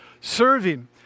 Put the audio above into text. serving